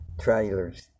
trailers